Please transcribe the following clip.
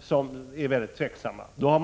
som det finns anledning att ställa sig tveksam till.